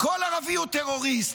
כל ערבי הוא טרוריסט.